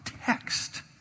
text